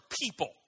people